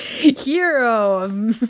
hero